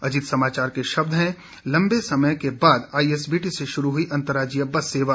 अजीत समाचार के शब्द हैं लंबे समय बाद आईएसबीटी से शुरू हुई अंतर्राज्यीय बस सेवा